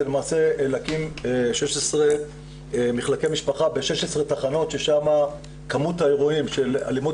זה למעשה להקים 16 מחלקי משפחה ב-16 תחנות ששם כמות האירועים של אלימות